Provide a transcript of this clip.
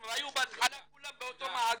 הם היו בהתחלה כולם באותו מעגל.